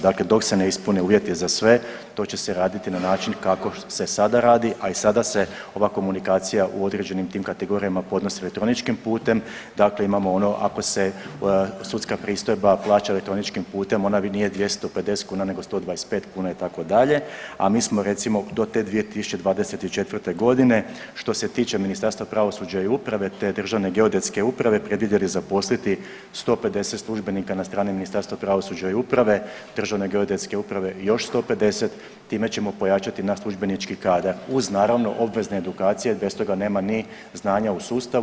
Dakle dok se ne ispune uvjeti za sve, to će se raditi na način kako se sada radi, a i sada se ova komunikacija u određenim tim kategorijama podnosi elektroničkim putem, dakle imamo ono ako se sudska pristojba plaća elektroničkim putem, onda nije 250 kuna nego 125 kuna, itd., a mi smo recimo do te 2024. g., što se tiče Ministarstva pravosuđa i uprave te Državne geodetske uprave predvidjeli zaposliti 150 službenika na strani Ministarstvo pravosuđa i uprave, Državne geodetske uprave još 150, time ćemo pojačati naš službenički kadar, uz naravno obvezne edukacije, bez toga nema ni znanja u sustavu.